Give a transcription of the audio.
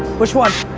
which one?